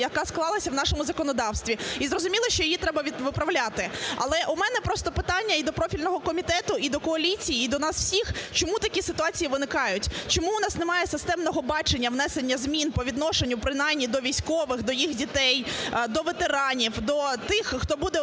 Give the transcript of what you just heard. яка склалася в нашому законодавстві і зрозуміло, що її треба виправляти. Але у мене просто питання і до профільного комітету, і до коаліції, і до нас всіх: чому такі ситуації виникають, чому у нас немає системного бачення внесення змін по відношенню принаймні до військових, до їх дітей, до ветеранів, до тих, хто буде